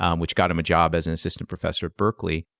um which got him a job as an assistant professor at berkeley.